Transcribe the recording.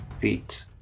feet